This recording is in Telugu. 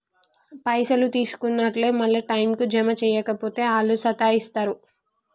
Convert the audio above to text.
పైసలు తీసుకున్నట్లే మళ్ల టైంకు జమ జేయక పోతే ఆళ్లు సతాయిస్తరు